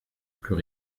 plus